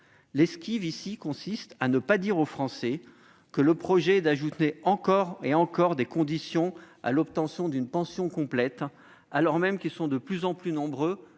L'esquive consiste ici à ne pas dire aux Français que l'on projette d'ajouter encore des conditions nouvelles à l'obtention d'une pension complète, alors même qu'ils sont de plus en plus nombreux